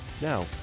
Now